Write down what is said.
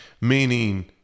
Meaning